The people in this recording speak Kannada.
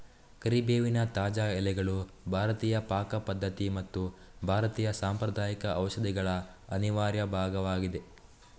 ಕರಿಬೇವಿನ ತಾಜಾ ಎಲೆಗಳು ಭಾರತೀಯ ಪಾಕ ಪದ್ಧತಿ ಮತ್ತು ಭಾರತೀಯ ಸಾಂಪ್ರದಾಯಿಕ ಔಷಧಿಗಳ ಅನಿವಾರ್ಯ ಭಾಗವಾಗಿದೆ